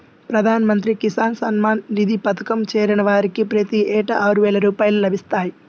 ప్రధాన మంత్రి కిసాన్ సమ్మాన్ నిధి పథకంలో చేరిన వారికి ప్రతి ఏటా ఆరువేల రూపాయలు లభిస్తాయి